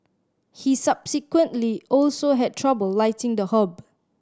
he subsequently also had trouble lighting the hob